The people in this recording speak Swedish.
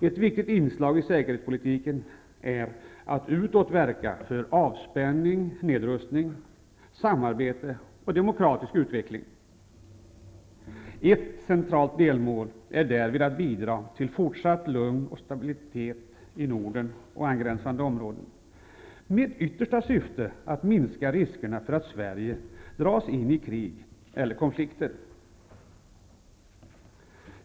Ett viktigt inslag i säkerhetspolitiken är att utåt verka för avspänning, nedrustning, samarbete och demokratisk utveckling. Ett centralt delmål är därvid att bidra till fortsatt lugn och stabilitet i Norden och angränsande områden, med yttersta syfte att minska riskerna för att Sverige dras in i krig eller konflikter.